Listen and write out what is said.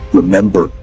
remember